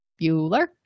Bueller